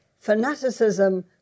fanaticism